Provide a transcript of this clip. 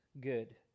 good